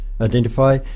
identify